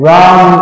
Ram